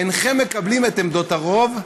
אינכם מקבלים את עמדות הרוב,